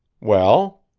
well?